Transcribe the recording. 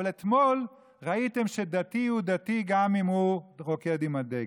אבל אתמול ראיתם שדתי הוא דתי גם אם הוא רוקד עם הדגל.